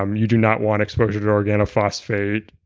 um you do not want exposure to organophosphate,